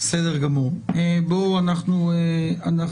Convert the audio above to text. בסדר גמור, אז בואו אנחנו נסכם.